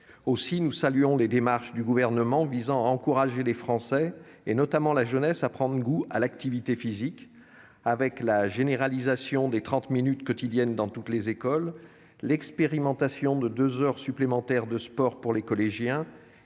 Aussi, nous saluons les démarches du Gouvernement visant à encourager les Français, notamment la jeunesse, à prendre goût à l'activité physique, grâce à la généralisation des trente minutes quotidiennes dans toutes les écoles, l'expérimentation de deux heures supplémentaires de sport pour les collégiens